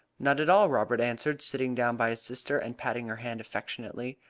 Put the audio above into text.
not at all, robert answered, sitting down by his sister, and patting her hand affectionately.